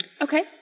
Okay